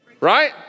Right